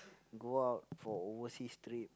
go out for overseas trip